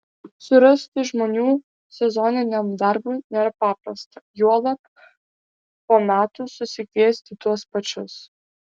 surasti žmonių sezoniniam darbui nėra paprasta juolab po metų susikviesti tuos pačius